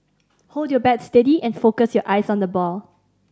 hold your bat steady and focus your eyes on the ball